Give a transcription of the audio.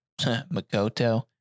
Makoto